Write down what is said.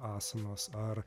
asanos ar